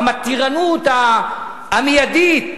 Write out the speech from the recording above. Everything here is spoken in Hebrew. המתירנות המיידית,